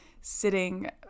sitting